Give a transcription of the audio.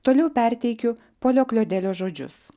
toliau perteikiu polio klodelio žodžius